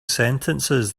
sentences